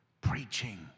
preaching